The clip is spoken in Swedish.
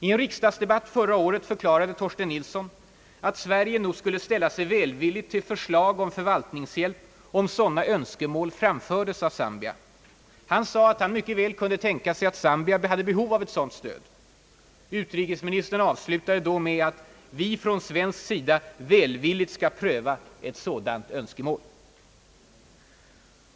I en riksdagsdebatt förra året förklarade Torsten Nilsson, att Sverige nog skulle ställa sig välvilligt till förslag om förvaltningshjälp, om sådana önskemål framfördes från Zambia. Han sade att han mycket väl kunde tänka sig, att Zambia hade behov av ett sådant stöd. Utrikesministern avslutade med att »vi från svensk sida välvilligt skulle pröva ett sådant önskemål».